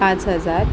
पाच हजार